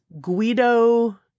Guido